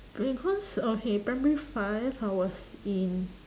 because okay primary five I was in